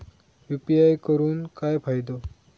UPI करून काय फायदो?